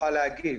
תוכל להגיב.